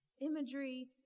Imagery